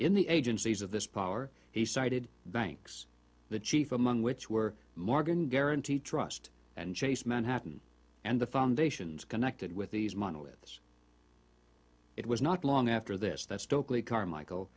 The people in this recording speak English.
in the agencies of this power he cited banks the chief among which were morgan guaranty trust and chase manhattan and the foundations connected with these monoliths it was not long after this that stokeley carmichael